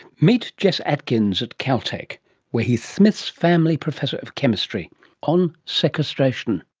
meet jess atkins at caltech where he's smits family professor of chemistry on sequestration.